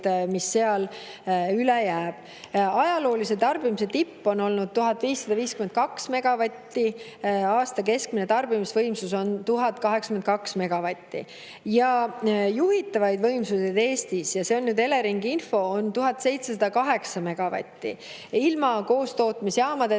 mis seal üle jääb. Ajalooline tarbimise tipp on olnud 1552 megavatti. Aasta keskmine tarbimisvõimsus on 1082 megavatti. Juhitavaid võimsuseid Eestis, ja see on Eleringi info, on 1708 megavatti, ilma koostootmisjaamadeta